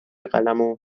قلممو